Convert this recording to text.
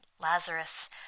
Lazarus